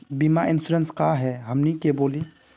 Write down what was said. बीमा इंश्योरेंस का है हमनी के बोली?